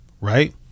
right